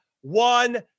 one